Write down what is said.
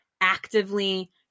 actively